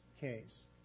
case